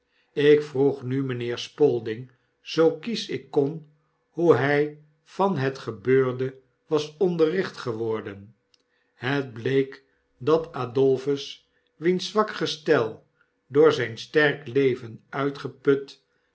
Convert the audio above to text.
ik vroeg nu mynheer spalding zoo kiesch ik kon h o e hy van het gebeurde was onderricht geworden het bleek dat adolphus wiens zwak gestel door zyn sterk leven uitgeput